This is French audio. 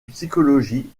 psychologie